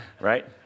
right